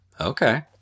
Okay